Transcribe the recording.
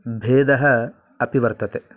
भेदः अपि वर्तते